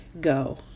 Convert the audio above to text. go